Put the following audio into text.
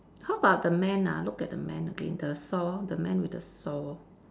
how about the man ah look at the man again the saw the man with the saw